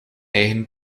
eigen